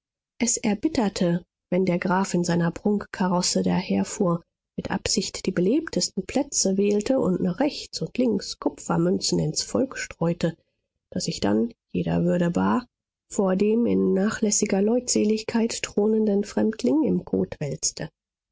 es erbitterte wenn der graf in seiner prunkkarosse daherfuhr mit absicht die belebtesten plätze wählte und nach rechts und links kupfermünzen ins volk streute das sich dann jeder würde bar vor dem in nachlässiger leutseligkeit thronenden fremdling im kot wälzte